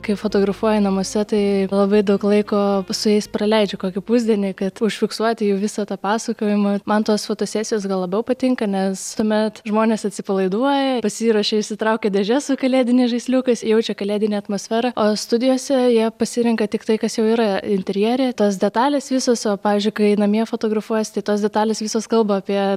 kai fotografuoji namuose tai labai daug laiko su jais praleidžiu kokį pusdienį kad užfiksuoti jų visą tą pasakojimą man tos fotosesijos gal labiau patinka nes tuomet žmonės atsipalaiduoja pasiruošia išsitraukia dėžes su kalėdiniais žaisliukais jaučia kalėdinę atmosferą o studijose jie pasirenka tiktai kas jau yra interjere tos detalės visos o pavyzdžiui kai namie fotografuojas tai tos detalės visos kalba apie